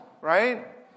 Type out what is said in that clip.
right